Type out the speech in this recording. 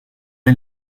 est